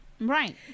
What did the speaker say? Right